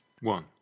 One